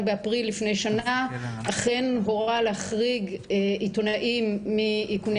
באפריל לפני שנה אכן הורה להחריג עיתונאים מאיכוני